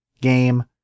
game